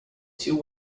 two